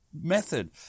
method